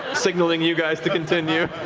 signaling you guys to continue.